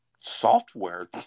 software